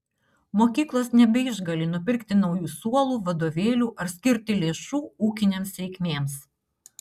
mokyklos nebeišgali nupirkti naujų suolų vadovėlių ar skirti lėšų ūkinėms reikmėms